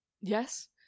yes